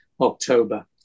October